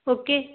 okay